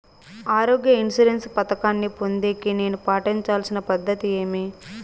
ఆరోగ్య ఇన్సూరెన్సు పథకాన్ని పొందేకి నేను పాటించాల్సిన పద్ధతి ఏమి?